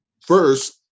First